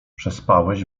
przespałeś